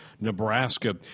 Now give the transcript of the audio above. Nebraska